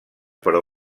però